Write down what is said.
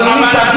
אבל על הנושא הזה,